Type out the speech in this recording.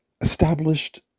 established